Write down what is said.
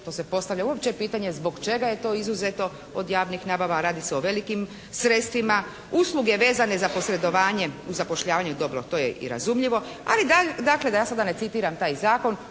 uopće postavlja pitanje, zbog čega je to izuzeto od javnih nabava, a radi se o velikim sredstvima? Usluge vezane za posredovanje u zapošljavanju, dobro, to je i razumljivo ali dakle, da ja sada ne citiram taj zakon,